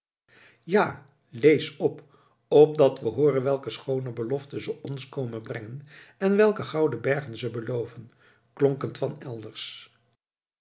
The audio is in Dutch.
ja lees op opdat we hooren welke schoone beloften ze ons komen brengen en welke gouden bergen ze beloven klonk het van elders